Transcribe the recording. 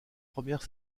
première